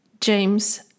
James